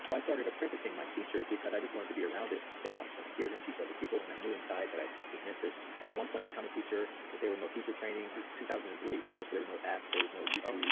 so i started apprenticing my teacher because i just wanted to be around him so much and hear him teach other people and i knew inside that i was meant to at one point become a teacher, but they were no teacher trainings. this is two thousand and three remember, so there were no apps, there was no youtube,